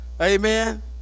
amen